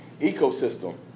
ecosystem